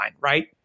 Right